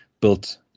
built